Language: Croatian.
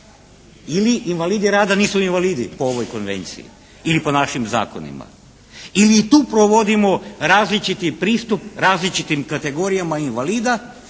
Ili invalidi rada nisu invalidi po ovoj Konvenciji ili po našim zakonima? Ili i tu provodimo različiti pristup različitim kategorijama invalida?